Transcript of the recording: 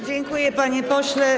Dziękuję, panie pośle.